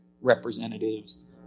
representatives